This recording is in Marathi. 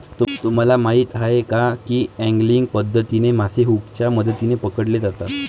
तुम्हाला माहीत आहे का की एंगलिंग पद्धतीने मासे हुकच्या मदतीने पकडले जातात